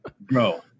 Bro